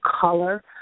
color